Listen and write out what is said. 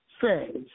says